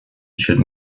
should